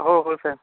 हो हो सर